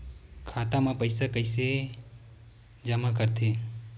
खाता म पईसा कइसे जमा करथे?